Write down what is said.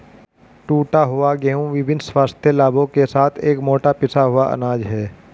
टूटा हुआ गेहूं विभिन्न स्वास्थ्य लाभों के साथ एक मोटा पिसा हुआ अनाज है